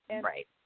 right